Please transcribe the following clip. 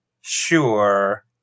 sure